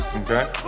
okay